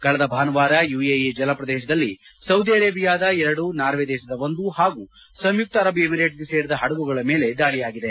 ಕಳೆದ ಭಾನುವಾರ ಯುಎಇ ಜಲಪ್ರದೇಶದಲ್ಲಿ ಸೌದಿ ಅರೇಬಿಯಾದ ಎರಡು ನಾರ್ವೆ ದೇಶದ ಒಂದು ಹಾಗೂ ಸಂಯುಕ್ತ ಅರಬ್ ಎಮಿರೇಟ್ಗೆ ಸೇರಿದ ಹಡಗುಗಳ ಮೇಲೆ ದಾಳಿಯಾಗಿದೆ